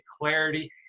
clarity